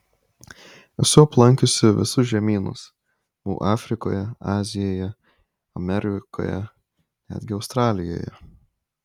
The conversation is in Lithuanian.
esu aplankiusi visus žemynus buvau afrikoje azijoje amerikoje netgi australijoje